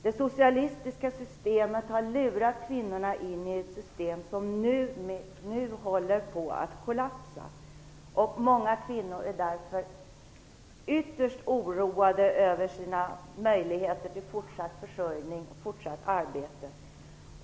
Det socialistiska systemet har lurat kvinnorna in i ett system som nu håller på att kollapsa. Många kvinnor är därför ytterst oroade över sina möjligheter till fortsatt arbete, till fortsatt försörjning.